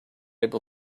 able